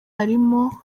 harimo